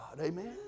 amen